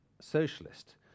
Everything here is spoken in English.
socialist